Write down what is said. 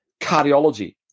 cardiology